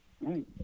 Right